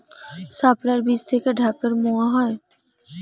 শাপলার বীজ থেকে ঢ্যাপের মোয়া হয়?